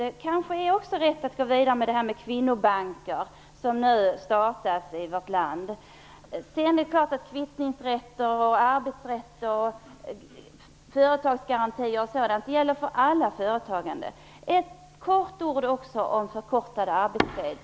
Men det är kanske rätt att också gå vidare med det här med kvinnobanker som nu startas i vårt land. Vidare är det klart att kvittningsrätt, arbetsrätt, företagsgarantier o.d. gäller för allt företagande.